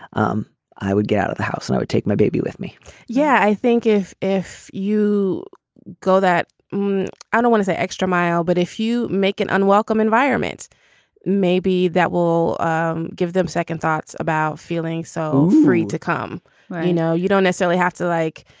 um i would go out of the house and i would take my baby with me yeah i think if if you go that um i don't wanna say extra mile but if you make an unwelcome environments maybe that will um give them second thoughts about feeling so free to come i know you don't necessarily have to like